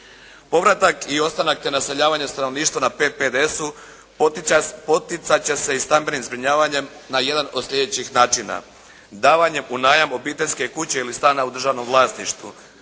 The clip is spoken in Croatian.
Povratak i ostanak te naseljavanje stanovništva na PPDS-u poticat će se i stambenim zbrinjavanjem na jedan od sljedećih načina: davanjem u najam obiteljske kuće ili stana u državnom vlasništvu,